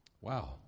Wow